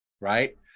right